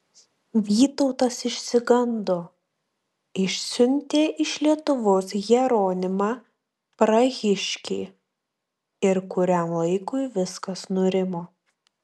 vytautas išsigando išsiuntė iš lietuvos jeronimą prahiškį ir kuriam laikui viskas nurimo